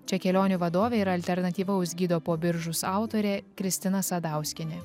čia kelionių vadovė ir alternatyvaus gido po biržus autorė kristina sadauskienė